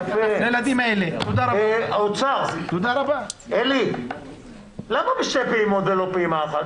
--- עלי מהאוצר, למה לא משלמים הכול בפעימה אחת?